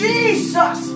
Jesus